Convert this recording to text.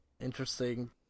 interesting